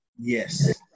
yes